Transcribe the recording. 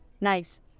Nice